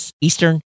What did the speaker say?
Eastern